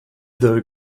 though